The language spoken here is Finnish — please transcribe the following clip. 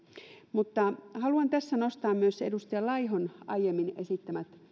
mutta haluan tässä nostaa myös edustaja laihon aiemmin esittämät